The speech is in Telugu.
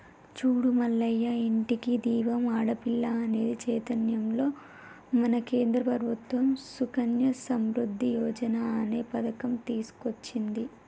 చూడు మల్లయ్య ఇంటికి దీపం ఆడపిల్ల అనే చైతన్యంతో మన కేంద్ర ప్రభుత్వం సుకన్య సమృద్ధి యోజన అనే పథకం తీసుకొచ్చింది